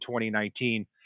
2019